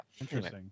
Interesting